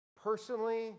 Personally